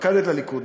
התפקדת לליכוד,